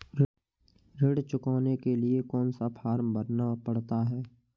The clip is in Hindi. ऋण चुकाने के लिए कौन सा फॉर्म भरना पड़ता है?